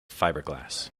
fibreglass